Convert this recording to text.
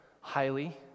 highly